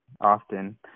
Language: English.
often